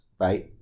right